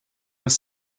was